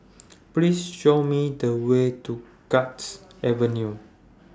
Please Show Me The Way to Guards Avenue